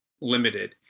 limited